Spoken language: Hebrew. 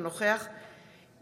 אינו נוכח יואב קיש,